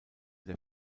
der